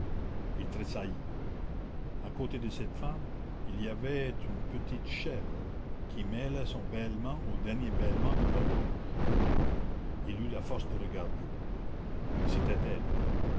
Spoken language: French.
il tressaillit à côté de cette femme il y avait une petite chèvre qui mêlait son bêlement au dernier bêlement de l'horloge il eut la force de regarder c'était elle